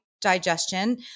digestion